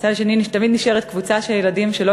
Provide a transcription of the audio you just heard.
ומצד שני תמיד נשארת קבוצה של ילדים שלא